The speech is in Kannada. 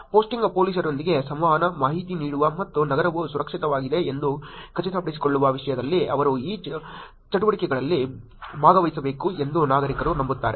ಪೋಸ್ಟಿಂಗ್ ಪೊಲೀಸರೊಂದಿಗೆ ಸಂವಹನ ಮಾಹಿತಿ ನೀಡುವ ಮತ್ತು ನಗರವು ಸುರಕ್ಷಿತವಾಗಿದೆ ಎಂದು ಖಚಿತಪಡಿಸಿಕೊಳ್ಳುವ ವಿಷಯದಲ್ಲಿ ಅವರು ಈ ಚಟುವಟಿಕೆಗಳಲ್ಲಿ ಭಾಗವಹಿಸಬೇಕು ಎಂದು ನಾಗರಿಕರು ನಂಬುತ್ತಾರೆ